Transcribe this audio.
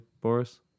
Boris